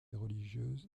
religieuse